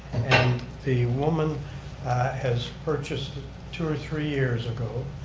and the woman has purchased two or three years ago.